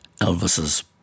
Elvis's